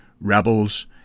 rebels